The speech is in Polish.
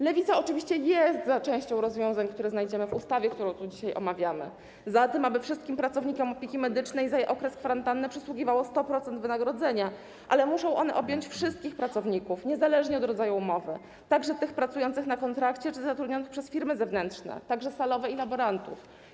Lewica oczywiście jest za częścią rozwiązań, które znajdziemy w ustawie, którą tu dzisiaj omawiamy, za tym, aby wszystkim pracownikom opieki medycznej za okres kwarantanny przysługiwało 100% wynagrodzenia, ale muszą one objąć wszystkich pracowników, niezależnie od rodzaju umowy, także tych pracujących na kontrakcie czy zatrudnionych przez firmy zewnętrzne, także salowe i laborantów.